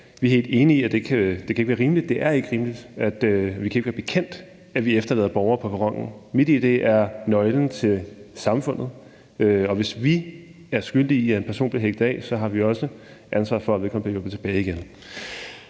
Vi er helt enige i, at det ikke kan være rimeligt, det er ikke rimeligt, og vi ikke kan være bekendt, at vi efterlader borgere på perronen. MitID er nøglen til samfundet, og hvis vi er skyldige i, at en person bliver hægtet af, så har vi også ansvaret for, at vedkommende bliver hjulpet tilbage igen.